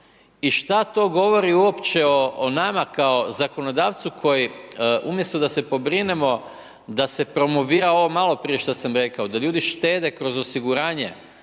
I šta to govori uopće o nama kao zakonodavcu koji umjesto da se pobrinemo da se promovira ovo maloprije što sam rekao, da ljudi štede kroz osiguranje